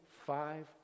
five